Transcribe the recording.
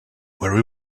very